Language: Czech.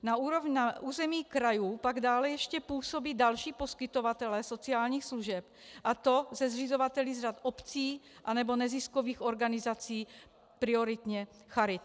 Na území krajů pak dále ještě působí další poskytovatelé sociálních služeb, a to se zřizovateli z řad obcí nebo neziskových organizací, prioritně charit.